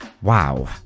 Wow